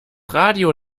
radio